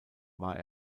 war